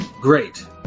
great